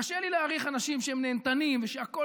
קשה לי להעריך אנשים שהם נהנתנים ושהכול